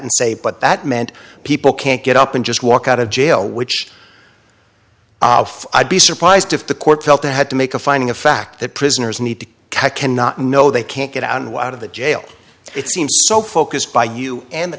and say but that meant people can't get up and just walk out of jail which i'd be surprised if the court felt i had to make a finding of fact the prisoners need to cannot know they can't get out and walk out of the jail it seems so focused by you and the